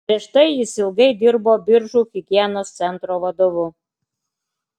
prieš tai jis ilgai dirbo biržų higienos centro vadovu